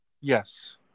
Yes